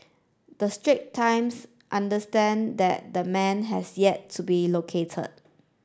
the Strait Times understand that the man has yet to be located